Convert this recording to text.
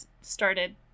started